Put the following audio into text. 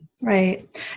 Right